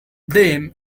them